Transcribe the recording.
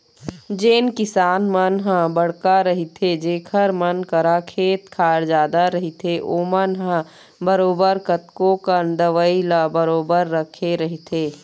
जेन किसान मन ह बड़का रहिथे जेखर मन करा खेत खार जादा रहिथे ओमन ह बरोबर कतको कन दवई ल बरोबर रखे रहिथे